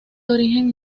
origen